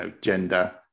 gender